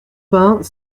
vingt